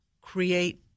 create